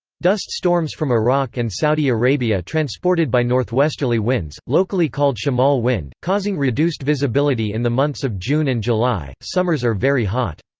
dust storms from iraq and saudi arabia transported by northwesterly winds, locally called shamal wind, causing reduced visibility in the months of june and july summers are very hot.